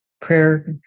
prayer